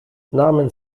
namen